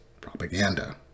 propaganda